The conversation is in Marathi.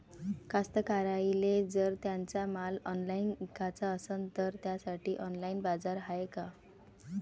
कास्तकाराइले जर त्यांचा माल ऑनलाइन इकाचा असन तर त्यासाठी ऑनलाइन बाजार हाय का?